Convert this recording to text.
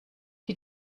die